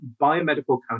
biomedical